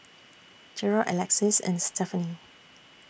Gerold Alexys and Stefani